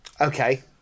Okay